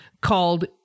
called